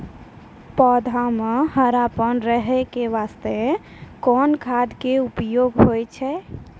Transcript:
पौधा म हरापन रहै के बास्ते कोन खाद के उपयोग होय छै?